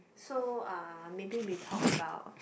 so uh maybe we talk about